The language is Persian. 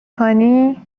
کنی